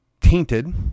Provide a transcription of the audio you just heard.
tainted